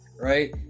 right